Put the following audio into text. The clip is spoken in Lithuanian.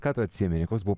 ką tu atsimeni koks buvo